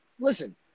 listen